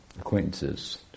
acquaintances